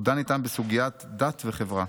הוא דן איתם בסוגיית דת וחברה.